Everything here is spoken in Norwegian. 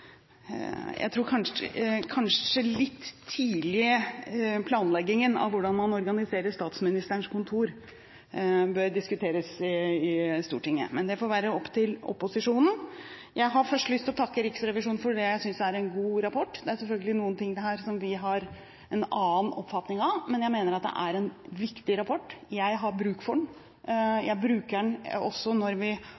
kanskje litt tidlige planleggingen av hvordan man organiserer Statsministerens kontor, og om det bør diskuteres i Stortinget. Men det får være opp til opposisjonen. Jeg har først lyst til å takke Riksrevisjonen for det jeg synes er en god rapport. Det er selvfølgelig ting her som vi har en annen oppfatning av, men jeg mener at det er en viktig rapport. Jeg har bruk for den.